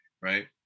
right